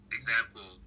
example